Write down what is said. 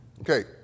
Okay